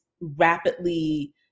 rapidly